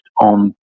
on